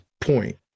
point